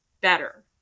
better